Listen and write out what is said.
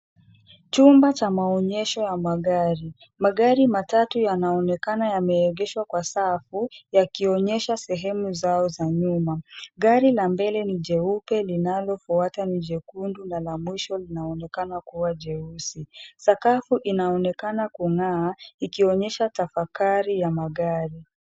Chumba cha maonyesho ya magari. Magari matatu yanaonekana yameegeshwa kwa safu, yakionyesha sehemu zao za nyuma. Gari la mbele ni jeupe linalofuata ni jekundu na la mwisho linaonekana kuwa jeusi. Sakafu inaonekana kung'aa ikionyesha tafakari ya magari.